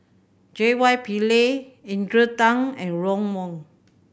J Y Pillay Adrian Tan and Ron Wong